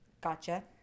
Gotcha